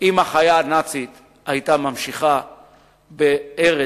אם החיה הנאצית היתה ממשיכה בהרס